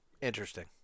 Interesting